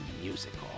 musical